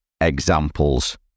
examples